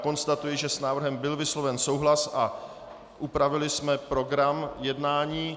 Konstatuji, že s návrhem byl vysloven souhlas a upravili jsme program jednání.